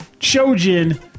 Chojin